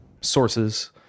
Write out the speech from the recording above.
sources